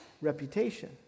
reputation